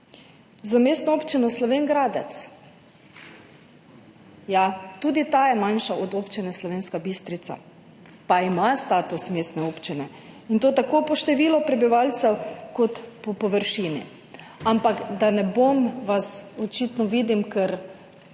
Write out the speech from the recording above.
z Mestno občino Slovenj Gradec. Ja, tudi ta je manjša od Občine Slovenska Bistrica pa ima status mestne občine, in to tako po številu prebivalcev kot po površini. Ampak ker vidim, da